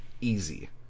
Easy